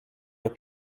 your